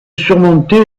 surmonté